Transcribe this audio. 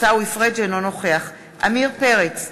אינו נוכח עמיר פרץ,